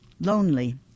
lonely